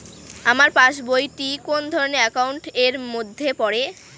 আমার পাশ বই টি কোন ধরণের একাউন্ট এর মধ্যে পড়ে?